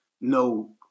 no